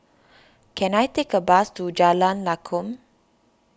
can I take a bus to Jalan Lakum